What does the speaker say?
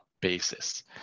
basis